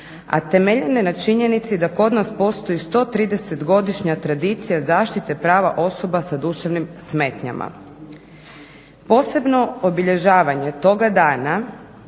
a temeljene na činjenici da kod nas postoji 130-godišnja tradicija zaštite prava osoba s duševnim smetnjama. Posebno obilježavanje toga dana